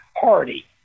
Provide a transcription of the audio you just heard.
party